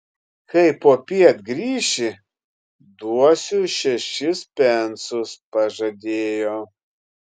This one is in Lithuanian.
kai popiet grįši duosiu šešis pensus pažadėjo